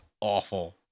Awful